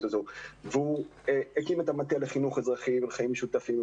הזו והוא הקים את המטה לחינוך אזרחי ולחיים משותפים,